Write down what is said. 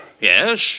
yes